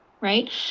Right